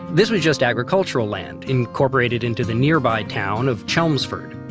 this was just agricultural land incorporated into the nearby town of chelmsford.